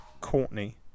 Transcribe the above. Courtney